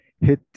hit